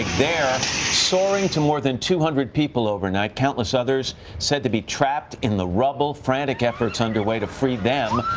there soaring to more than two hundred people overnight. countless others said to be trapped in the rubble. frantic efforts under way to free them.